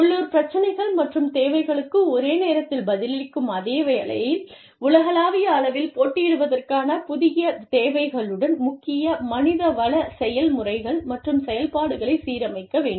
உள்ளூர் பிரச்சினைகள் மற்றும் தேவைகளுக்கு ஒரே நேரத்தில் பதிலளிக்கும் அதே வேளையில் உலகளாவிய அளவில் போட்டியிடுவதற்கான புதிய தேவைகளுடன் முக்கிய மனிதவள செயல் முறைகள் மற்றும் செயல்பாடுகளைச் சீரமைக்க வேண்டும்